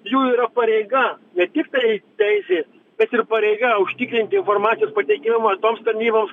jų yra pareiga ne tiktai teisė bet ir pareiga užtikrinti informacijos pateikimą toms tarnybos